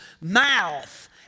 mouth